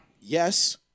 Yes